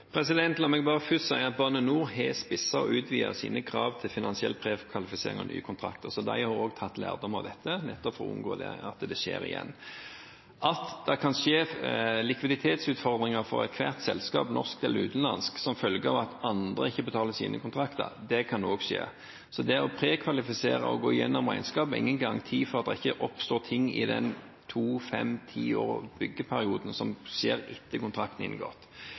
La meg bare først si at Bane NOR har spisset og utvidet sine krav til finansiell prekvalifisering av nye kontrakter. Så de har også tatt lærdom av dette, nettopp for å unngå at det skjer igjen. At det kan bli likviditetsutfordringer for ethvert selskap – norsk eller utenlandsk – som følge av at andre ikke betaler sine kontrakter, kan skje. Så å prekvalifisere og gå igjennom regnskapet er ingen garanti for at det ikke oppstår noe i løpet av byggeperioden – to, fem eller ti år etter at kontrakt er inngått.